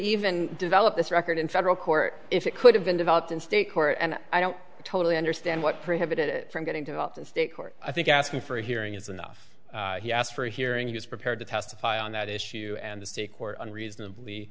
even develop this record in federal court if it could have been developed in state court and i don't totally understand what prevented it from getting to vote in state court i think asking for a hearing is enough he asked for a hearing he was prepared to testify on that issue and the state court unreasonably